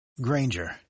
Granger